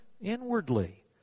inwardly